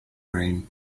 rain